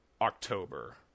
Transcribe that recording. october